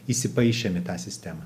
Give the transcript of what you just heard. įsipaišėm į tą sistemą